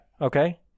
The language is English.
Okay